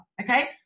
okay